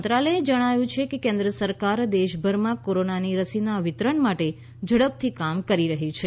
મંત્રાલયે જણાવ્યું છે કે કેન્દ્ર સરકાર દેશભરમાં કોરોનાની રસીના વિતરણ માટે ઝડપથી કામ કરી રહી છે